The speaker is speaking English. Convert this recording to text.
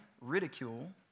ridicule